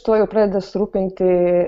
tuo jau pradeda susirūpinti